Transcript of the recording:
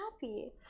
happy